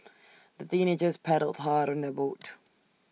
the teenagers paddled hard on their boat